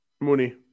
Mooney